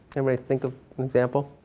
anybody think of an example?